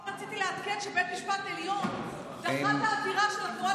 רק רציתי לעדכן שבית משפט העליון דחה את העתירה של התנועה